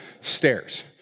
stairs